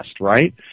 right